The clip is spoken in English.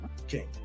okay